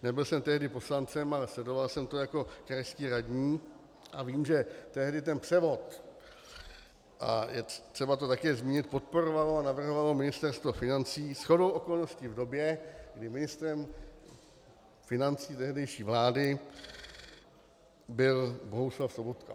Nebyl jsem tehdy poslancem, ale sledoval jsem to jako krajský radní a vím, že tehdy ten převod, a je třeba to také zmínit, podporovalo a navrhovalo Ministerstvo financí, shodou okolností v době, kdy ministrem financí tehdejší vlády byl Bohuslav Sobotka.